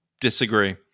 Disagree